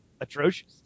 atrocious